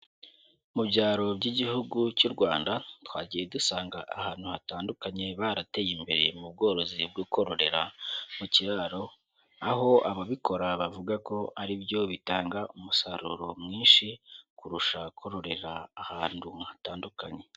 Mu byaro by'igihugu cy'u Rwanda, twagiye dusanga ahantu hatandukanye barateye imbere mu bworozi bwo kororera mu kiraro, aho ababikora bavuga ko ari byo bitanga umusaruro mwinshi, kurusha kororera ahantu hatandukanye.